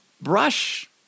brush